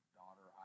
daughter